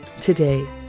today